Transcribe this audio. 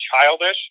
childish